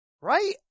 right